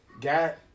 got